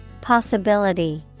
Possibility